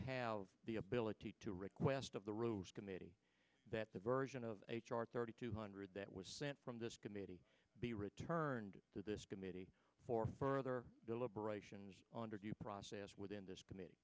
have the ability to request of the rules committee that the version of h r thirty two hundred that was sent from this committee be returned to this committee for further deliberations on due process within this committe